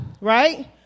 right